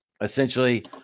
essentially